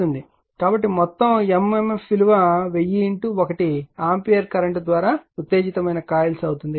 కాబట్టి మొత్తం m m f విలువ 1000 1 ఆంపియర్ కరెంట్ ద్వారా ఉత్తేజితమమైన కాయిల్స్ అవుతుంది